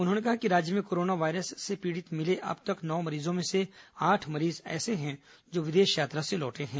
उन्होंने कहा कि राज्य में कोरोना वायरस से पीड़ित मिले अब तक नौ मरीजों में से आठ मरीज ऐसे है जो विदेश यात्रा से लौटे हैं